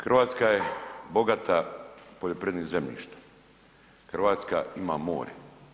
Hrvatska je bogata poljoprivrednim zemljište, Hrvatska ima more.